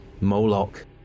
Moloch